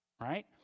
Right